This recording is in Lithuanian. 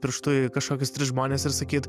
pirštu į kažkokius tris žmones ir sakyt